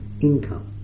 income